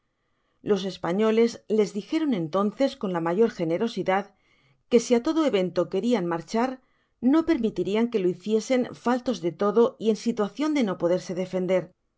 los espadoles les dijeron entonces con la mayor generosidad que si á todo evento querian marchar no permitirian que lo hiciesen faltos de todo y en situacion de no poderse defender